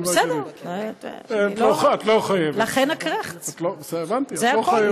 בסדר, לכן הקרעכץ, זה הכול.